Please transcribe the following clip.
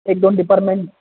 एक दोन डिपारमेंट